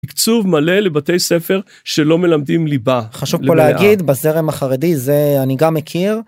תקצוב מלא לבתי ספר שלא מלמדים ליבה חשוב להגיד בזרם החרדי זה אני גם מכיר.